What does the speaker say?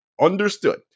Understood